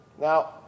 Now